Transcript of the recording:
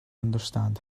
understand